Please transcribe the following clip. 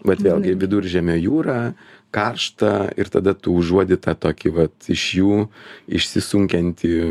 vat vėlgi viduržemio jūra karšta ir tada tu užuodi tą tokį vat iš jų išsisunkiantį